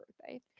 birthday